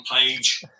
page